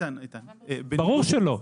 ברור שלא.